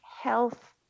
health